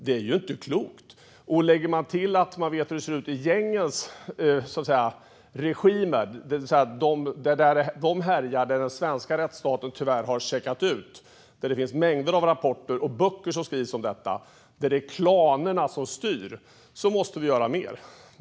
Det är ju inte klokt! Lägg till detta hur det ser ut i gängens regimer, det vill säga där de härjar och den svenska rättsstaten tyvärr har checkat ut. Det finns mängder av rapporter och böcker som skrivits om detta. Det är klanerna som styr - vi måste göra mer.